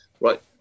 right